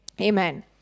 Amen